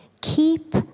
Keep